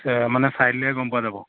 মানে গম পোৱা যাব